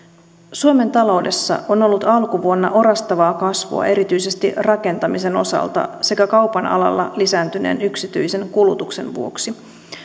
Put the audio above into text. suomen taloudessa on on ollut alkuvuonna orastavaa kasvua erityisesti rakentamisen osalta sekä kaupan alalla lisääntyneen yksityisen kulutuksen vuoksi